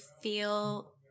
feel